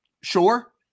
sure